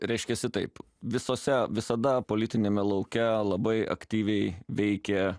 reiškiasi taip visose visada politiniame lauke labai aktyviai veikė